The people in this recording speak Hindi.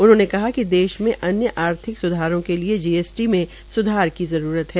उन्होंने कहा कि देश मे अन्य आर्थिक सुधारों के लिए जीएसटी में सुधार की जरूरत है